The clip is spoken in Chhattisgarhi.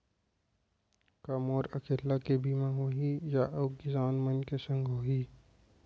का मोर अकेल्ला के बीमा होही या अऊ किसान मन के संग होही?